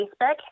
Facebook